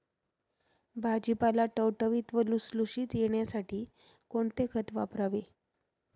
भाजीपाला टवटवीत व लुसलुशीत येण्यासाठी कोणते खत वापरावे?